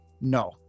No